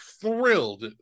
thrilled